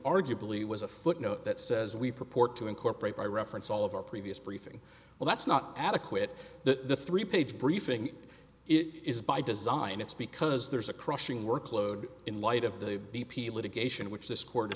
arguably was a footnote that says we purport to incorporate by reference all of our previous briefing well that's not adequate the three page briefing it is by design it's because there's a crushing workload in light of the b p litigation which th